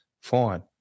fine